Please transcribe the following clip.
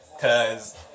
Cause